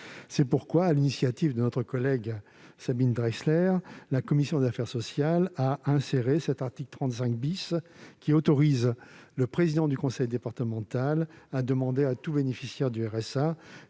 C'est pourquoi, sur l'initiative de Sabine Drexler, la commission des affaires sociales a inséré l'article 35, qui autorise le président du conseil départemental à demander à tout bénéficiaire du RSA